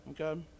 okay